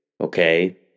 okay